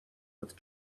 with